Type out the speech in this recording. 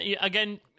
again